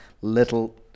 little